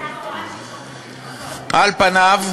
על פניו,